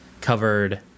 covered